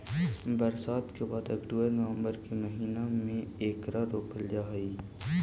बरसात के बाद अक्टूबर नवंबर के महीने में एकरा रोपल जा हई